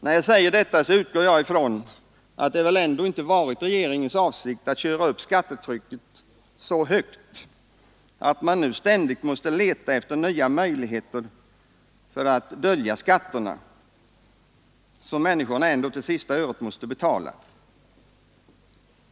När jag säger detta utgår jag från att det väl ändå inte varit regeringens avsikt att köra upp skattetrycket så högt, att man nu ständigt måste leta efter nya möjligheter att dölja skatterna, som människorna ändå till sista öret måste betala.